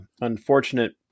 unfortunate